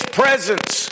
presence